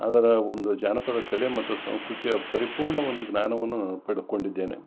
ಅದರ ಒಂದು ಜಾನಪದ ಕಲೆ ಮತ್ತು ಸಂಸ್ಕೃತಿಯ ಪರಿಪೂರ್ಣವೊಂದು ಜ್ಞಾನವನ್ನು ನಾನು ಪಡಕೊಂಡಿದ್ದೇನೆ